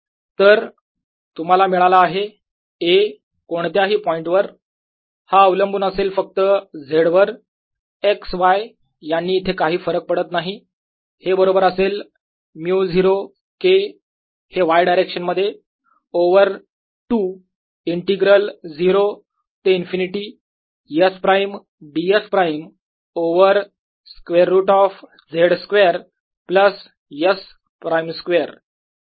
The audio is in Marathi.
dxdy2πsds x2y2s2 A00z0Ky4π02πsdss2z20Ky20sdss2z2 तर तुम्हाला मिळाला आहे A कोणत्याही पॉईंटवर हा अवलंबून असेल फक्त Z वर x y यांनी येथे काही फरक पडत नाही हे बरोबर असेल μ0 K हे y डायरेक्शन मध्ये ओवर 2 इंटीग्रल 0 ते infinity S prime ds prime over square root of Z square plus s prime square